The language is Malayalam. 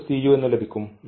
നമുക്ക് cu ലഭിക്കും